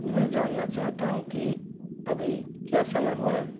मैं जानना चाहता हूँ कि अभी क्या समय हुआ है